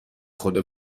خدا